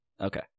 Okay